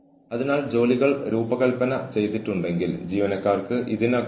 പക്ഷേ തങ്ങളുടെ മേലധികാരികളെക്കുറിച്ച് ഒന്നും പറയാൻ ആഗ്രഹിക്കാത്തതിനാൽ ജീവനക്കാർ ഇത് സഹിക്കുന്നു